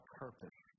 purpose